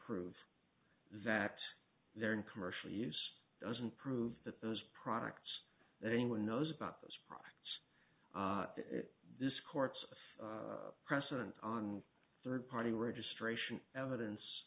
prove that they're in commercial use doesn't prove that those products that anyone knows about those probably this court's precedent on third party registration evidence